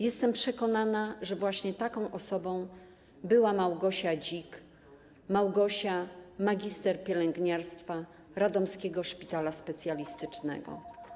Jestem przekonana, że właśnie taką osobą była Małgosia Dzik, Małgosia, magister pielęgniarstwa Radomskiego Szpitala Specjalistycznego.